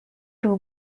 room